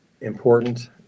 important